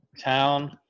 town